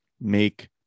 make